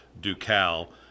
Ducal